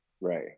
Right